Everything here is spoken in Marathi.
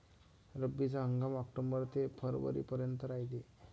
रब्बीचा हंगाम आक्टोबर ते फरवरीपर्यंत रायते